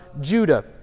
Judah